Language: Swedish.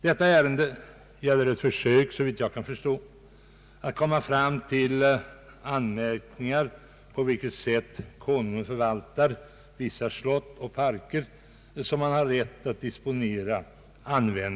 Detta ärende avser ett försök att göra anmärkningar beträffande det sätt på vilket Konungen förvaltar vissa slott och parker som han har rätt att disponera och förvalta.